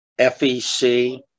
FEC